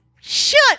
shut